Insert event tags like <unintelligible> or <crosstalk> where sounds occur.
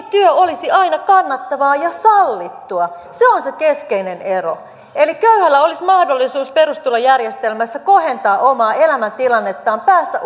<unintelligible> työ olisi aina kannattavaa ja sallittua se on se keskeinen ero eli köyhällä olisi mahdollisuus perustulojärjestelmässä kohentaa omaa elämäntilannettaan päästä <unintelligible>